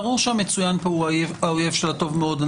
ברור שהמצוין פה הוא האויב של הטוב מאוד.